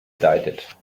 leidet